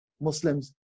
muslims